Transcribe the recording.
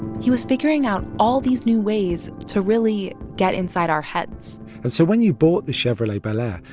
he was figuring out all these new ways to really get inside our heads and so when you bought the chevrolet bel air,